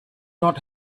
not